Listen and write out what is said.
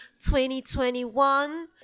2021